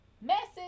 message